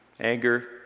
Anger